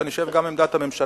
ואני חושב שגם עמדת הממשלה.